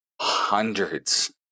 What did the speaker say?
hundreds